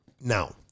now